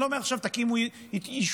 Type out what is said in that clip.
אני לא אומר עכשיו: תקימו יישובים,